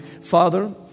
Father